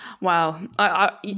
Wow